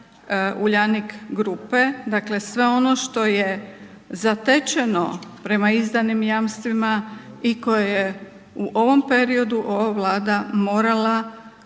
Uljanik grupe, dakle sve ono što je zatečeno prema izdanim jamstvima i koje je u ovom periodu ova Vlada morala